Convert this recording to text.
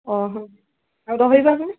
ଆଉ ରହିବାକୁ